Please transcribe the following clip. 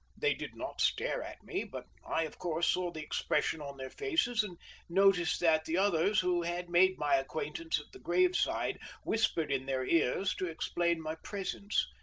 they did not stare at me, but i, of course, saw the expression on their faces, and noticed that the others who had made my acquaintance at the grave-side whispered in their ears to explain my presence.